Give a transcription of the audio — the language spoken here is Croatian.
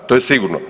To je sigurno.